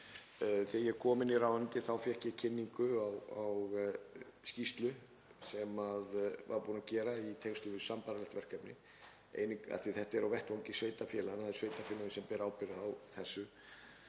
Þegar ég kom inn í ráðuneytið þá fékk ég kynningu á skýrslu sem var búið að gera í tengslum við sambærilegt verkefni, en þetta er á vettvangi sveitarfélaganna, það eru sveitarfélögin sem bera ábyrgð á þessu.